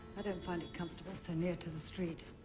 i don't find it comfortable so near to the street.